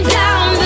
down